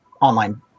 online